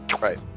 Right